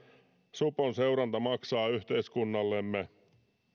supon seuranta maksaa yhteiskunnallemme